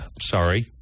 sorry